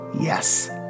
Yes